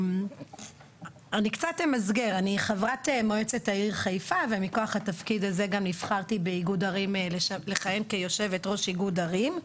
אני לא מסירה אחריות מהאיגוד שאני עמדת בראשותו,